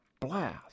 blast